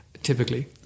Typically